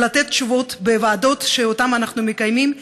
ולתת תשובות בוועדות שאותן אנחנו מקיימים.